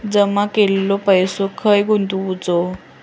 जमा केलेलो पैसो खय गुंतवायचो?